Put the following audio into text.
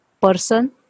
person